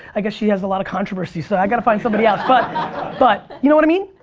i guess she has a lot of controversy so i gotta find somebody else, but but you know what i mean?